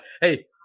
Hey